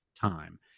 time